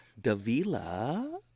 Davila